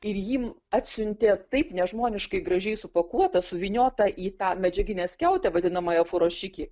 ir jį atsiuntė taip nežmoniškai gražiai supakuotą suvyniotą į tą medžiaginę skiautę vadinamąją furašiki